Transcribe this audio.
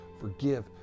forgive